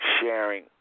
sharing